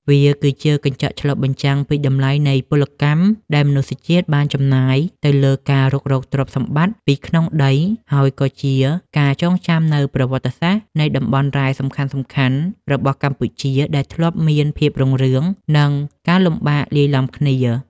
វាគឺជាកញ្ចក់ឆ្លុះបញ្ចាំងពីតម្លៃនៃពលកម្មដែលមនុស្សជាតិបានចំណាយទៅលើការរុករកទ្រព្យសម្បត្តិពីក្នុងដី ហើយក៏ជាការចងចាំនូវប្រវត្តិសាស្ត្រនៃតំបន់រ៉ែសំខាន់ៗរបស់កម្ពុជាដែលធ្លាប់មានភាពរុងរឿង និងការលំបាកលាយឡំគ្នា។